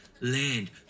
Land